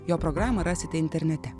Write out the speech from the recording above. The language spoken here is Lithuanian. jo programą rasite internete